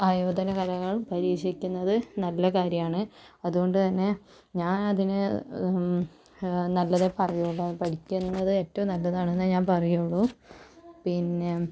ആയോധന കലകൾ പരീക്ഷിക്കുന്നത് നല്ല കാര്യമാണ് അതുകൊണ്ട്തന്നെ ഞാൻ അതിന് നല്ലതേ പറയുള്ളൂ അങ്ങനെ പഠിക്കുന്നത് ഏറ്റവും നല്ലതാണന്നെ ഞാൻ പറയുള്ളൂ പിന്നെ